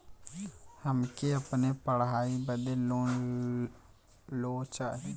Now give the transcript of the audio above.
हमके अपने पढ़ाई बदे लोन लो चाही?